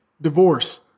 divorce